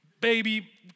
baby